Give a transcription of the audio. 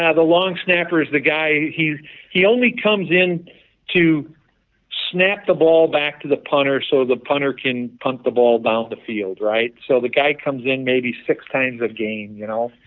yeah the long snapper is the guy he he only comes in to snap the ball back to the punter so the punter can punt the ball down the field, right? so the guy comes in maybe six times a game, you know?